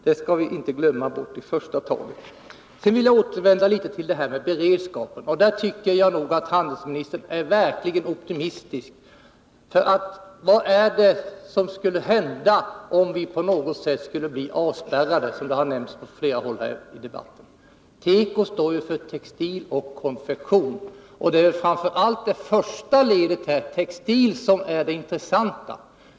Det skall vi inte glömma bort i första taget. Jag vill sedan återvända till beredskapen. När det gäller denna är handelsministern verkligen optimistisk. Vad skulle hända, om vi, som har nämnts från flera håll i debatten, på något sätt skulle bli avspärrade? Teko står för textil och konfektion. Det är framför allt det första ledet som är intressant.